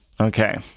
Okay